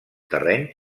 terreny